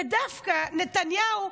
ודווקא נתניהו,